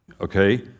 okay